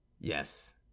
yes